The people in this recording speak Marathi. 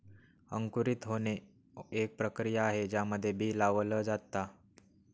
अंकुरित होणे, एक प्रक्रिया आहे ज्यामध्ये बी लावल जाता